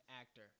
actor